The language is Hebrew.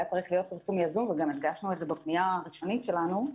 היה צריך להיות פרסום יזום וגם הדגשנו את זה בפנייה הראשונית שלנו.